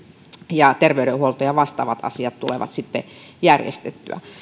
ja terveydenhuolto ja vastaavat asiat tulevat sitten järjestettyä